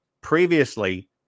previously